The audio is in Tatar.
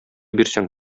бирсәң